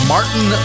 Martin